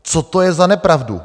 Co to je za nepravdu?